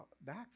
back